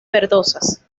verdosas